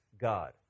God